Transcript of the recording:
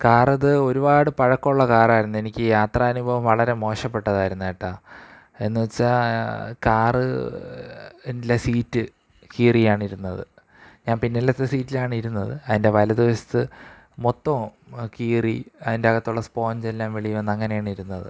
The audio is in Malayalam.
കാറത് ഒരുപാട് പഴക്കമുള്ള കാറായിരുന്നു എനിക്ക് യാത്രാനുഭവം വളരെ മോശപ്പെട്ടതായിരുന്നു കെട്ടാ എന്നുവച്ചാല് കാര് എൻഡിലെ സീറ്റ് കീറിയാണിരുന്നത് ഞാൻ പിന്നിലത്തെ സീറ്റിലാണ് ഇരുന്നത് അതിൻ്റെ വലത് വശത്ത് മൊത്തം കീറി അതിൻ്റകത്തുള്ള സ്പോൻജെല്ലാം വെളിയില് വന്ന് അങ്ങനെയാണിരുന്നത്